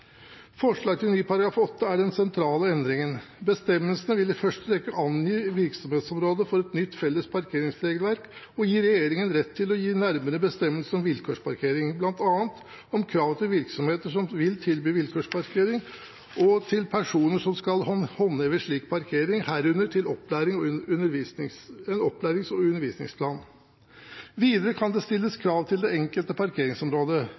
Forslag til ny § 8 er den sentrale endringen. Bestemmelsen vil i første ledd angi virkeområdet for et nytt felles parkeringsregelverk og gi regjeringen rett til å gi nærmere bestemmelser om vilkårsparkering, bl.a. om krav til virksomheter som vil tilby vilkårsparkering, og til personer som skal håndheve slik parkering, herunder til opplæring og undervisningsplan. Videre kan det stilles krav til det enkelte parkeringsområdet,